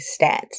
stats